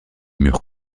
murs